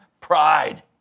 pride